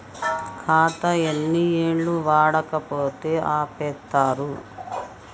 ఖాతా ఎన్ని ఏళ్లు వాడకపోతే ఆపేత్తరు?